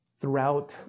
throughout